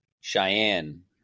Cheyenne